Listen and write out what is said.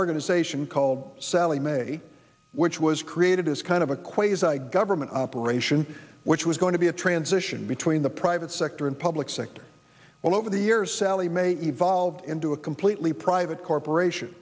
organization called sallie mae which was created as kind of a quasar a government operation which was going to be a transition between the private sector and public sector well over the years sallie mae evolved into a completely private corporation